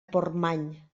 portmany